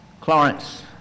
Clarence